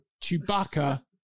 Chewbacca